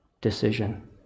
decision